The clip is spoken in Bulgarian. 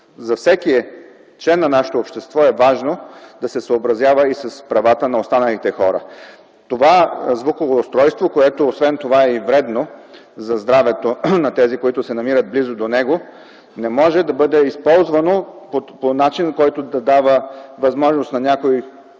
за всеки член на нашето общество е важно да се съобразява и с правата на останалите хора. Това звуково устройство, което освен това е и вредно за здравето на тези, които се намират близо до него, не може да бъде използвано по начин, който да дава възможност на някого